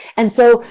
and so,